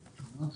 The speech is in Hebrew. בבקשה.